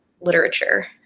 literature